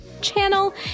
channel